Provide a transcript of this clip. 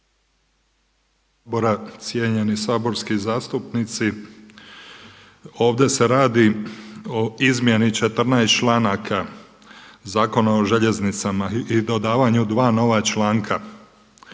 … cijeni saborski zastupnici. Ovdje se radi o izmjeni 14 članaka Zakona o željeznicama i dodavanju dva nova članka.